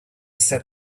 set